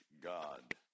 God